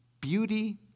beauty